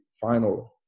final